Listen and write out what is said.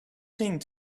thing